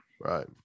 Right